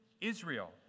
Israel